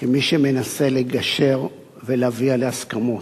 כמי שמנסה לגשר ולהגיע להסכמות,